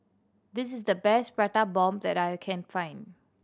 this is the best Prata Bomb that I can find